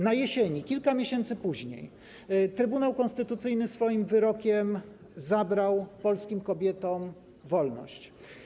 Na jesieni, kilka miesięcy później, Trybunał Konstytucyjny swoim wyrokiem zabrał polskim kobietom wolność.